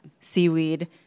seaweed